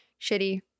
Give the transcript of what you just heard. shitty